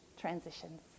transitions